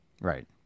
Right